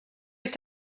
est